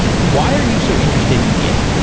why are you so interested in git?